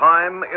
Time